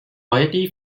royalty